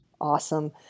Awesome